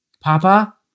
Papa